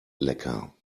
lecker